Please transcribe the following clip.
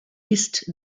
ist